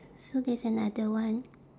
so that's another one